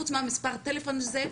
חוץ מהמספר טלפון הזה.